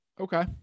Okay